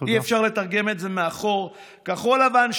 אי-אפשר לתרגם את זה מאחור: כחול לבן,